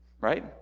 Right